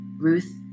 Ruth